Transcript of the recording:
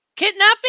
Kidnapping